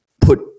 put